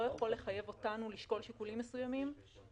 יכול לחייב אותנו לשקול שיקולים מסוימים,